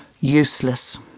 Useless